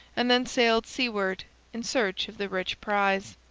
and then sailed seaward in search of the rich prize.